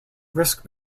risk